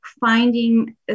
finding